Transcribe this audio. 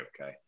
okay